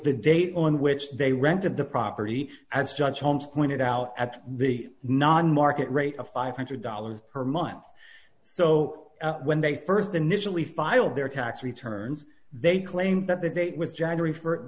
the date on which they rented the property as judge holmes pointed out at the non market rate of five hundred dollars per month so when they st initially file their tax returns they claimed that the date was january for